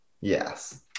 Yes